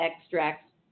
extracts